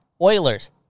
Oilers